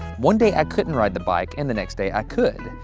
one day i couldn't ride the bike, and the next day i could.